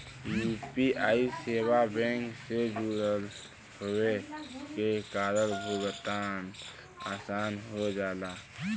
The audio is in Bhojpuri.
यू.पी.आई सेवा बैंक से जुड़ल होये के कारण भुगतान आसान हो जाला